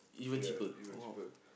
ya even cheaper